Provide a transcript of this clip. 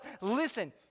Listen